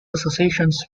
associations